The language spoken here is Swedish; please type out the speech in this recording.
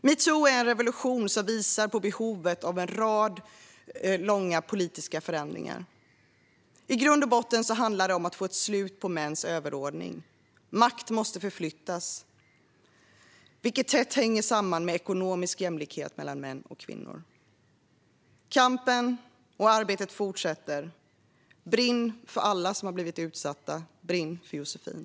Metoo är en revolution som visar på behovet av en lång rad politiska förändringar. I grund och botten handlar det om att få ett slut på mäns överordning. Makt måste flyttas, vilket tätt hänger samman med ekonomisk jämlikhet mellan män och kvinnor. Kampen och arbetet fortsätter. Brinn för alla som har blivit utsatta. Brinn för Josefin.